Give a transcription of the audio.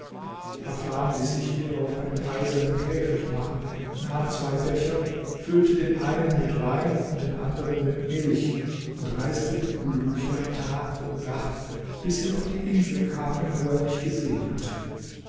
afan ließ sich hierauf einen eisernen käfig machen nahm zwei becher füllte den einen mit wein und den anderen mit milch und reiste mit bulukia tag und nacht bis sie auf die insel kamen wo er mich gesehen hatte